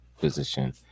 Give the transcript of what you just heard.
position